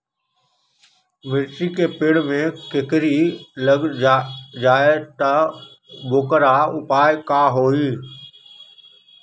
मिर्ची के पेड़ में कोकरी लग जाये त वोकर उपाय का होई?